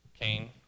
Cain